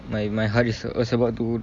my my heart is is about to